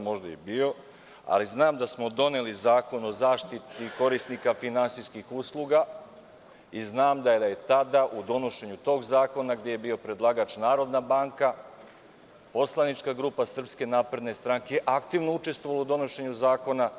Možda je i bio, ali znam da smo doneli Zakon o zaštiti korisnika finansijskih usluga i znam da je tada u donošenju tog zakona, gde je bio predlagač Narodna banka, poslanička grupa SNS aktivno učestvovala u donošenju zakona